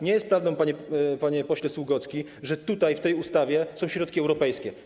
Nie jest prawdą, panie pośle Sługocki, że tutaj, w tej ustawie, są środki europejskie.